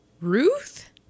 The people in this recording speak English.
Ruth